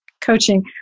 coaching